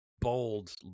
bold